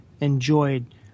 enjoyed